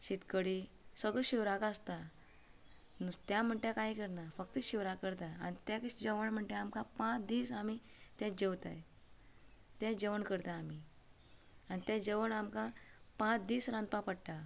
शीत कडी सगळें शिवराक आसता नुस्त्या म्हणटा तें कांय करना फक्त शिवराक करता आनी तें जेवण म्हणटा तें आमकां पांच दीस आमी तें जेवताय तें जेवण करता आमी आनी तें जेवण आमकां पांच दीस रांदपाक पडटा